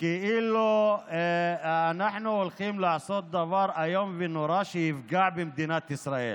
כאילו אנחנו הולכים לעשות דבר איום ונורא שיפגע במדינת ישראל.